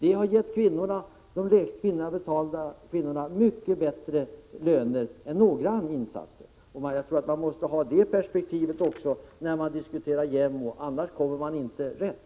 Denna har givit de lägst betalda kvinnorna mycket bättre löner än några andra insatser kunnat bidra till. Jag tror att man måste diskutera JämO:s arbete också i detta perspektiv, om man skall hamna rätt.